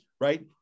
right